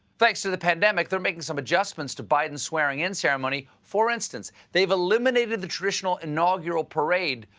thanks to the pandemic, they're making some adjustments to biden's swearing-in ceremony. for instance, they've eliminated the traditional inaugural parade.